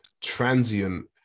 transient